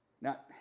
Now